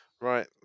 Right